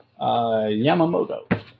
Yamamoto